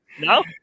no